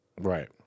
Right